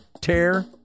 tear